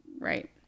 Right